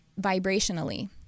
vibrationally